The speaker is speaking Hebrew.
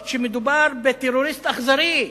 אף-על-פי שמדובר בטרוריסט אכזרי.